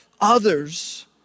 others